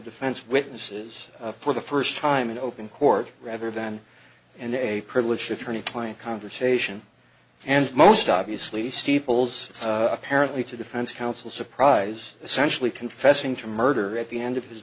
defense witnesses for the first time in open court rather than in a privileged returning client conversation and most obviously steeples apparently to defense counsel surprise essentially confessing to murder at the end of his